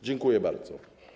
Dziękuję bardzo.